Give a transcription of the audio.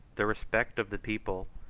the respect of the people,